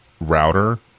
router